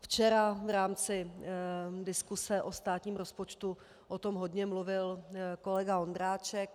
Včera v rámci diskuse o státním rozpočtu o tom hodně mluvil kolega Ondráček.